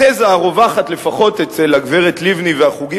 התזה הרווחת לפחות אצל הגברת לבני והחוגים